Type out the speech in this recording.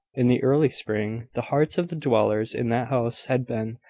in the early spring, the hearts of the dwellers in that house had been,